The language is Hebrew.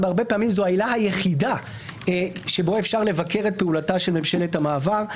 הרבה פעמים זאת העילה היחידה שבה אפשר לבקר את פעולתה של ממשלת המעבר.